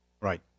Right